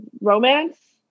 romance